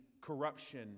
corruption